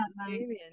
experience